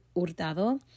Hurtado